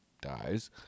dies